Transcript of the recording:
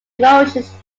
emotions